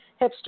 hipster